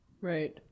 Right